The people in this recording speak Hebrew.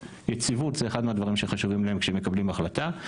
יציבות זה אחד מהדברים שחשובים להם כשהם מקבלים החלטה.